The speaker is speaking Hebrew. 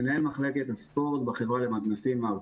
אני מנהל מחלקת הספורט בחברה למתנ"סים הארצית.